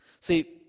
See